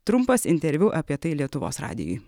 trumpas interviu apie tai lietuvos radijui